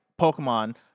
Pokemon